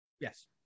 yes